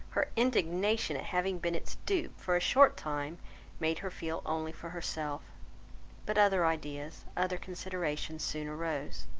her indignation at having been its dupe, for a short time made her feel only for herself but other ideas, other considerations, soon arose.